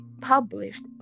published